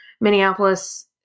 Minneapolis